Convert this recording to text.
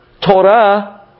Torah